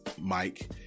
Mike